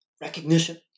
recognition